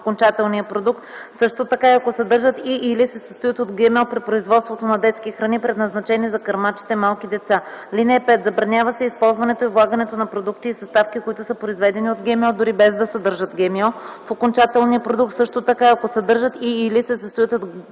в окончателния продукт, също така и ако съдържат и/или се състоят от ГМО при производството на детски храни, предназначени за кърмачета и малки деца.” „(5) Забранява се използването и влагането на продукти и съставки, които са произведени от ГМО, дори без да съдържат ГМО в окончателния продукт, също така и ако съдържат и/или се състоят от ГМО